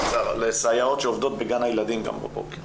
לסייעות שעובדות בגן הילדים גם בבוקר.